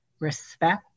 respect